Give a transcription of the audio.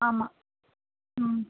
ஆமாம் ம்